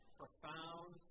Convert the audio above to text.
profound